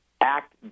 act